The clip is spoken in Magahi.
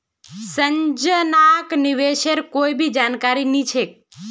संजनाक निवेशेर कोई जानकारी नी छेक